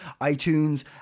iTunes